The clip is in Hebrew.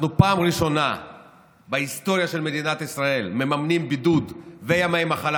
אנחנו פעם ראשונה בהיסטוריה של מדינת ישראל מממנים בידוד וימי מחלה